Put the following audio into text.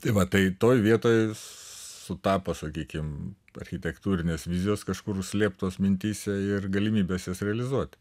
tai va tai toj vietoj sutapo sakykime architektūrinės vizijos kažkur užslėptos mintyse ir galimybės jas realizuot